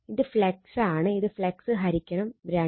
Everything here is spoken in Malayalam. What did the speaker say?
ഇത് ഫ്ളക്സാണ് ഇത് ഫ്ളക്സ് ഹരിക്കണം 2